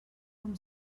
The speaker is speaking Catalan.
com